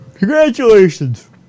Congratulations